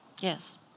Yes